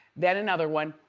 then another one,